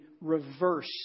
reverse